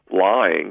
lying